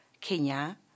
Kenya